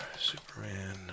superman